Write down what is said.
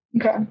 Okay